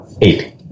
Eight